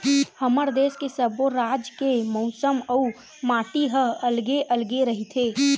हमर देस के सब्बो राज के मउसम अउ माटी ह अलगे अलगे रहिथे